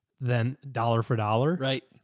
then dollar for dollar. right.